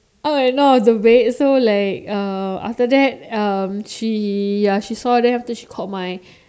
up and down of the bed so like uh after that um she ya she saw then after that she called my